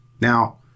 Now